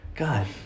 God